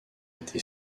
été